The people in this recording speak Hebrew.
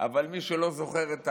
אבל מי שלא זוכר את העבר,